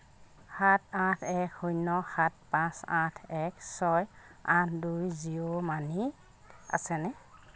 সাত আঠ এক শূন্য সাত পাঁচ আঠ এক ছয় আঠ দুই জিঅ' মানিত আছেনে